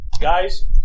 Guys